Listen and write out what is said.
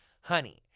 Honey